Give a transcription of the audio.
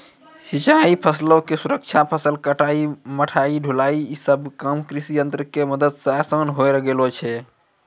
सिंचाई, फसलो के सुरक्षा, फसल कटाई, मढ़ाई, ढुलाई इ सभ काम कृषियंत्रो के मदत से असान होय गेलो छै